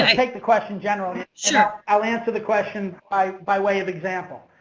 and take the question generally. sure. i'll answer the question by by way of example.